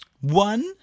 One